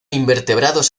invertebrados